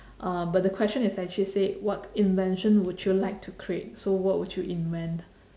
uh but the question is actually said what invention would you like to create so what would you invent